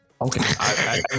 okay